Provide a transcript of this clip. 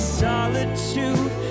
solitude